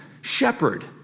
shepherd